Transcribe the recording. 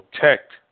protect